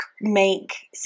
make